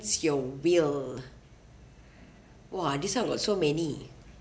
your will !wah! this one I got so many